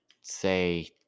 say